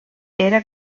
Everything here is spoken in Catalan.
era